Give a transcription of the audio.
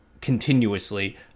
continuously